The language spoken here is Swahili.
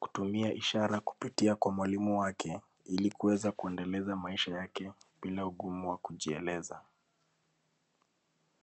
kutumia ishara kupitia kwa mwalimu wake, ili kuweza kuendeleza maisha yake, bila ugumu wa kujieleza.